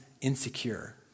insecure